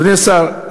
אדוני השר,